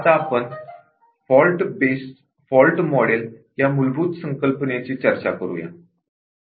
आता आपण fault model या मूलभूत संकल्पनेची चर्चा करूया